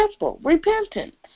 Repentance